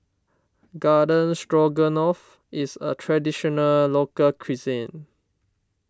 Garden Stroganoff is a Traditional Local Cuisine